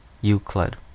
Euclid